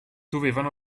dovevano